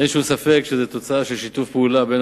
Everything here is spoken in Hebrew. אין שום ספק שזה תוצאה של שיתוף פעולה בין